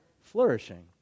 flourishing